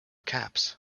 caps